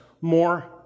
more